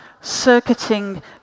circuiting